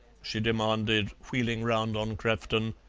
she demanded, wheeling round on crefton.